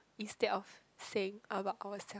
instead of saying about ourself